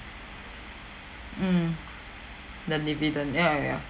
mm the dividend ya ya ya